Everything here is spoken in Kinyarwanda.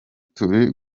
turi